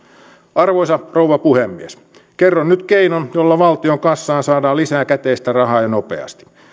arvoisa rouva puhemies kerron nyt keinon jolla valtion kassaan saadaan lisää käteistä rahaa ja nopeasti